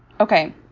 Okay